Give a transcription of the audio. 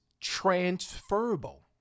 transferable